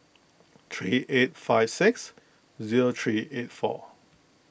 three eight five six zero three eight four